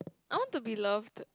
I want to be loved